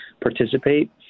participate